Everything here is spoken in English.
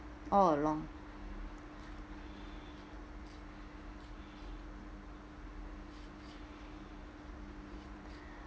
all along